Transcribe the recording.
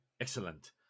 Excellent